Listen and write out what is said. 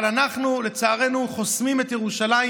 אבל אנחנו לצערנו חוסמים את ירושלים,